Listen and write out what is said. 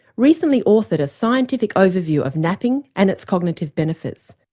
recently authored a scientific overview of napping and its cognitive benefits.